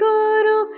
Guru